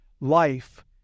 Life